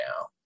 now